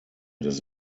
des